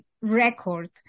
record